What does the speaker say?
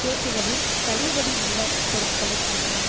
கேக்குகளில் தள்ளுபடி உள்ள பொருட்களை காட்டவும்